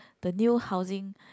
the new housing